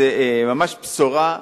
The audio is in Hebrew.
זו ממש בשורה,